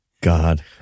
God